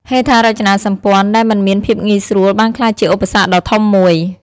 ហេដ្ឋារចនាសម្ព័ន្ធដែលមិនមានភាពងាយស្រួលបានក្លាយជាឧបសគ្គដ៏ធំមួយ។